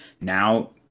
now